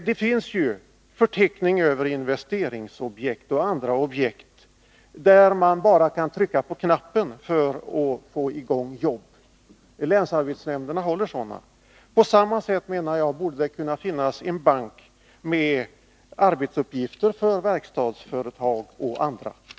Det finns ju förteckningar över investeringsobjekt och andra objekt, och det är bara att trycka på knappen för att få i gång jobb. Länsarbetsnämnderna håller sig med sådana förteckningar. På samma sätt borde det kunna finnas en bank med arbetsuppgifter för verkstadsföretag och andra.